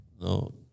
No